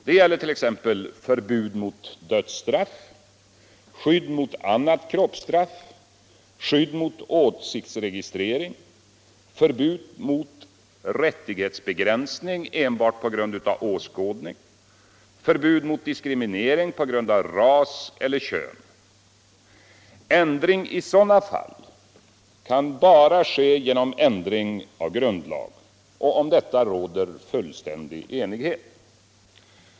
Det gäller t.ex. förbud mot dödsstraff, skydd mot annat kroppsstraff, skydd mot åsiktsregistrering, förbud mot rättighetsbegränsning enbart på grund av åskådning, förbud mot diskriminering på grund av ras eller kön. Ändring i sådana fall kan bara ske genom ändring av grundlag. Om detta råder fullständig enighet.